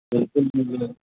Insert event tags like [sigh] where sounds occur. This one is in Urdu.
بالکل [unintelligible] ملے گا